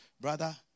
brother